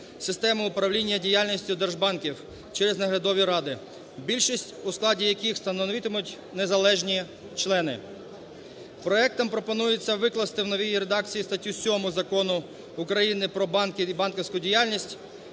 системи управління діяльністю держбанків через наглядові ради, більшість у складі яких становитимуть незалежні члени. Проектом пропонується викласти в новій редакції статтю 7 Закону України "Про банки і банківську діяльність,